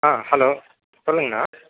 ஆ hello சொல்லுங்கண்ணா